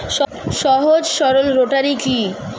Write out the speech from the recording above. সহজ সরল রোটারি কি?